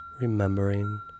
remembering